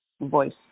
voice